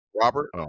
Robert